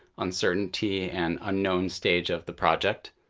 uncertainty, and unknown stage of the project.